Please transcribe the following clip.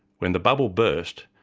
when the bubble burst,